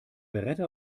beretta